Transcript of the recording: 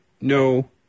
no